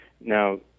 Now